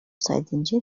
сайтӗнче